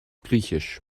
griechisch